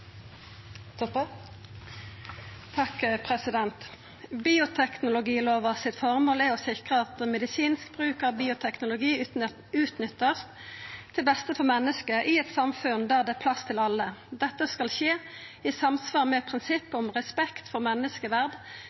beste for menneske i eit samfunn der det er plass til alle. Dette skal skje i samsvar med prinsipp om respekt for